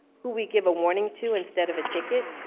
who we give a warning to, instead of a ticket,